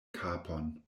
kapon